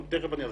תכף אני אסביר.